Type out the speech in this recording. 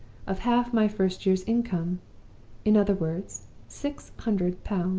of half my first year's income in other words, six hundred pounds!